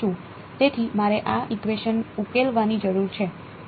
તેથી મારે આ ઇકવેશન ઉકેલવાની જરૂર છે